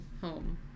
home